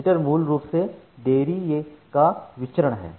jitter मूल रूप से देरी का विचरण है